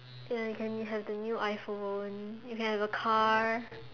ya you can you have the new iPhone you can have a car